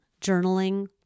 journaling